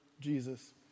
Jesus